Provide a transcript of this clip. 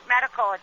medical